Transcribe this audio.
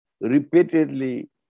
repeatedly